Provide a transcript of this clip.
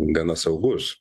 gana saugus